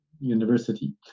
university